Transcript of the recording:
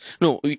No